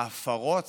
ההפרות